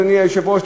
אדוני היושב-ראש,